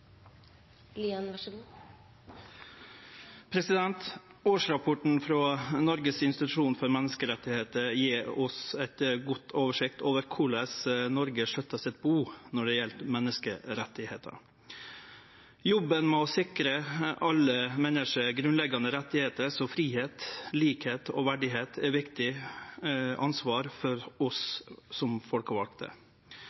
Årsrapporten frå Norges institusjon for menneskerettigheter, NIM, gjev oss ein god oversikt over korleis Noreg skjøttar buet sitt når det gjeld menneskerettar. Jobben med å sikre alle menneske grunnleggjande rettar, som fridom, likskap og verdigheit, er eit viktig ansvar for oss